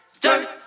dirt